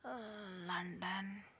London